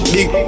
Big